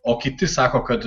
o kiti sako kad